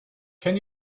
can